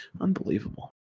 Unbelievable